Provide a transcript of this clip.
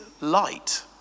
light